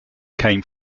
came